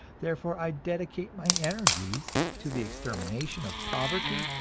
therefore i dedicate my energies to the extermination of poverty,